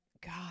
God